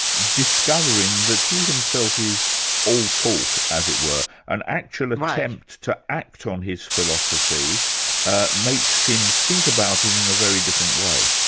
discovering that he himself is all talk as it were, an actual attempt to act on his philosophy makes him think about it in a very different way.